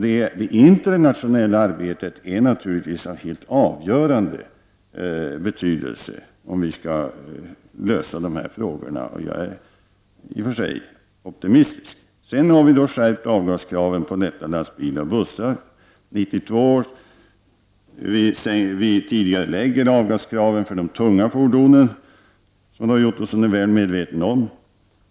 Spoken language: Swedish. Det internationella arbetet är naturligtvis av helt avgörande betydelse för om vi skall kunna lösa dessa frågor. Jag är i och för sig optimist. Vi har skärpt avgaskraven för lätta lastbilar och bussar. Vi tidigarelägger skärpningar i avgaskraven för de tunga fordonen, vilket Roy Ottosson är väl medveten om.